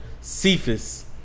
Cephas